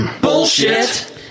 Bullshit